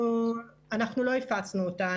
אנחנו לא הפצנו אותה.